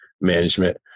management